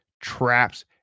traps